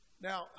Now